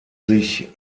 sich